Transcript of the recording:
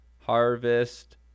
harvest